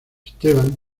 esteban